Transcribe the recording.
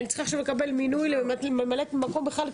אני צריכה עכשיו לקבל מינוי לממלאת מקום בכלל,